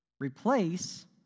replace